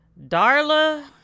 darla